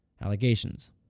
allegations